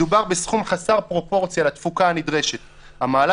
מדובר בסכום חסר פרופורציה לתפוקה הנדרשת המעלה